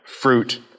fruit